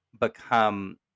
become